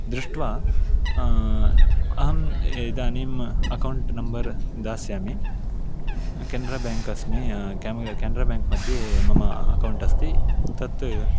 दृष्ट्वा अहम् इदानीम् अकौण्ट् नम्बर् दास्यामि केन्र बैङ्क् अस्मि मम केम् केन्र बैङ्क् मध्ये मम अकौण्ट् अस्ति तत्